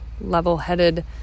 level-headed